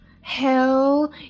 Hell